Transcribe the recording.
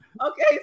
okay